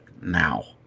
now